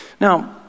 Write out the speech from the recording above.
Now